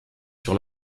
sur